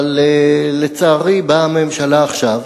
אבל לצערי באה הממשלה עכשיו